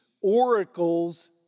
oracles